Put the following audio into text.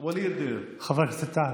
ווליד, חבר הכנסת טאהא,